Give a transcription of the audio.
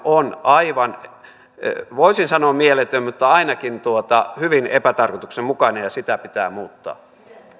on aivan voisin sanoa mieletön mutta ainakin hyvin epätarkoituksenmukainen ja sitä pitää muuttaa